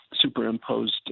superimposed